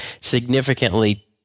significantly